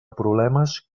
problemes